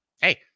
Hey